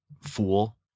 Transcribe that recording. Fool